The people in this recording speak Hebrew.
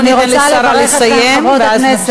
בואו ניתן לשרה לסיים ואז נמשיך.